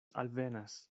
alvenas